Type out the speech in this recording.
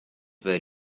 were